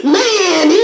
man